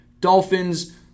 Dolphins